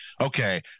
okay